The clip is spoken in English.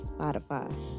Spotify